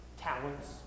talents